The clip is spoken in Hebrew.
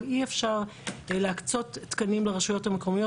אבל אי אפשר להקצות תקנים לרשויות המקומיות